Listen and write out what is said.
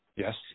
Yes